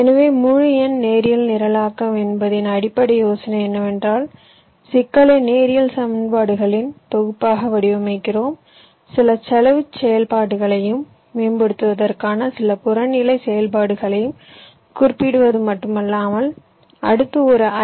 எனவே முழு எண் நேரியல் நிரலாக்கம் என்பதின் அடிப்படை யோசனை என்னவென்றால் சிக்கலை நேரியல் சமன்பாடுகளின் தொகுப்பாக வடிவமைக்கிறோம் சில செலவுச் செயல்பாடுகளையும் மேம்படுத்துவதற்கான சில புறநிலை செயல்பாடுகளையும் குறிப்பிடுவது மட்டுமல்லாமல் அடுத்து ஒரு ஐ